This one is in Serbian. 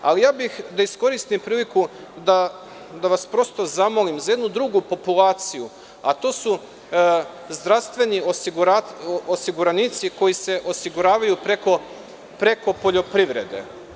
Iskoristio bih priliku da vas prosto zamolim za jednu drugu populaciju, a to su zdravstveni osiguranici koji se osiguravaju preko poljoprivrede.